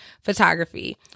photography